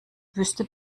wüste